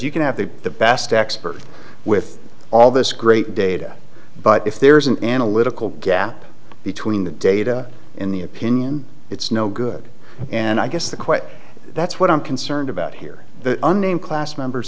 you can have the the best experts with all this great data but if there's an analytical gap between the data in the opinion it's no good and i guess the quote that's what i'm concerned about here the unnamed class members